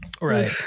Right